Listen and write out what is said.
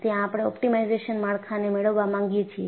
ત્યાં આપણે ઑપ્ટિમાઇઝ માળખાને મેળવવા માંગીએ છીએ